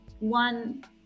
One